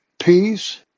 peace